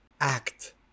act